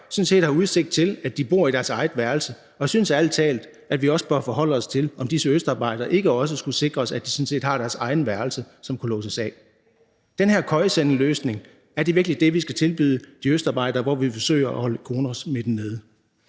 har udsigt til, at de bor i deres eget værelse, og jeg synes ærlig talt, at vi også bør forholde os til, om disse østarbejdere ikke også skulle sikres, at de sådan set har deres eget værelse, som kunne låses af. Er den her køjesengsløsning virkelig det, vi skal tilbyde de østarbejdere, når vi forsøger at holde coronasmitten nede?